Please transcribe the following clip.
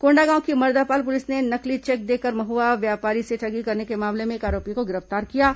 कोंडागांव की मर्दापाल पुलिस ने नकली चेक देकर महुआ व्यापारी से ठगी करने के मामले में एक आरोपी को गिरफ्तार किया है